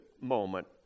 moment